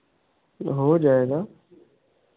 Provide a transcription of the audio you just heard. हो जाएगा